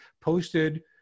posted